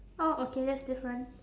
oh okay that's different